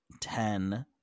ten